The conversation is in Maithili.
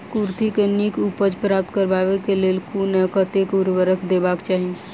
कुर्थी केँ नीक उपज प्राप्त करबाक लेल केँ कुन आ कतेक उर्वरक देबाक चाहि?